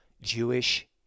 Jewish